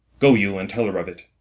go you, and tell her of it.